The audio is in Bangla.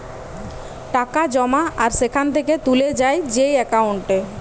টাকা জমা আর সেখান থেকে তুলে যায় যেই একাউন্টে